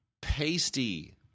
Pasty